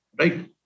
right